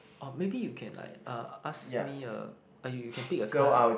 or maybe you can like uh ask me a or you you can pick a card